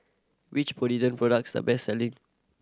which Polident products the best selling